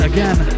Again